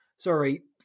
Sorry